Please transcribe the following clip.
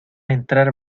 entrar